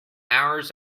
hours